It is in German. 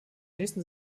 nächsten